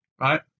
right